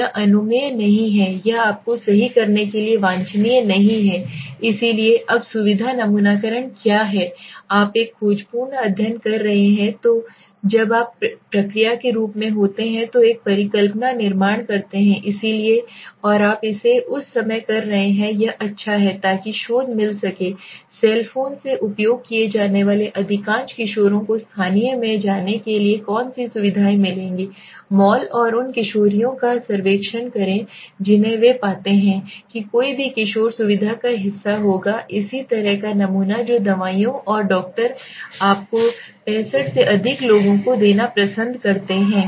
यह अनुमेय नहीं है यह आपको सही करने के लिए वांछनीय नहीं है इसलिए अब सुविधा नमूनाकरण क्या है आप एक खोजपूर्ण अध्ययन कर रहे हैं तो जब आप प्रक्रिया के रूप में होते हैं तो एक परिकल्पना निर्माण करते हैं इसलिए और आप इसे उस समय कर रहे हैं यह अच्छा है ताकि शोध मिल सके सेल फोन से उपयोग किए जाने वाले अधिकांश किशोरों को स्थानीय में जाने के लिए कौन सी सुविधाएँ मिलेंगी मॉल और उन किशोरियों का सर्वेक्षण करें जिन्हें वे पाते हैं कि कोई भी किशोर सुविधा का हिस्सा होगा इसी तरह का नमूना जो दवाइयों के डॉक्टर आपको 65 से अधिक लोगों को देना पसंद करते हैं